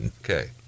Okay